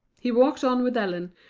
he walked on with ellen,